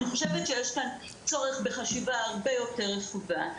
אני חושבת שיש כאן צורך בחשיבה הרבה יותר טובה.